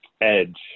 edge